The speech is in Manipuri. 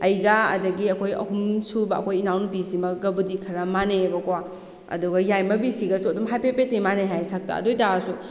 ꯑꯩꯒꯥ ꯑꯗꯒꯤ ꯑꯩꯈꯣꯏ ꯑꯍꯨꯝꯁꯨꯕ ꯑꯩꯈꯣꯏ ꯏꯅꯥꯎꯄꯤꯁꯤꯃꯒꯕꯨꯗꯤ ꯈꯔ ꯃꯥꯟꯅꯩꯑꯦꯕꯀꯣ ꯑꯗꯨꯒ ꯌꯥꯏꯃꯕꯤꯁꯤꯒꯁꯨ ꯑꯗꯨꯝ ꯍꯥꯏꯐꯦꯠ ꯍꯥꯏꯐꯦꯠꯇꯤ ꯃꯥꯟꯅꯩ ꯍꯥꯏꯑꯦ ꯁꯛꯇ ꯑꯗꯨ ꯑꯣꯏꯇꯥꯔꯁꯨ